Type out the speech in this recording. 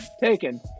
taken